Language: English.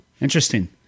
interesting